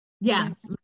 yes